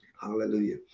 Hallelujah